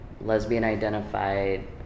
lesbian-identified